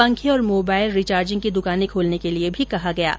पंखें और mobile recharging की दुकानें खोलने के लिए भी कहा गया है